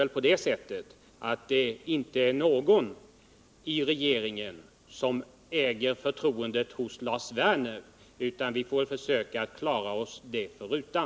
Avslutningsvis kan sägas att det väl inte är någon i regeringen som har Lars Werners förtroende, men man får väl försöka att klara sig det förutan.